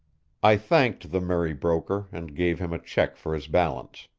i thanked the merry broker, and gave him a check for his balance.